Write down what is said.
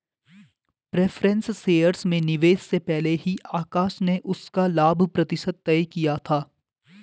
preference shares में निवेश से पहले ही आकाश ने उसका लाभ प्रतिशत तय किया था